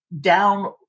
down